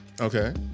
Okay